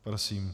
Prosím.